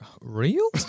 real